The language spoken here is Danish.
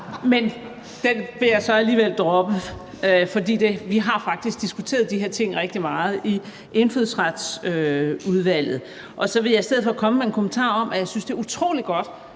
men det vil jeg så alligevel droppe, for vi har faktisk diskuteret de her ting rigtig meget i Indfødsretsudvalget. Jeg vil i stedet komme med en kommentar om, at jeg synes, det er utrolig godt,